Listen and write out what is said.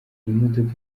imodoka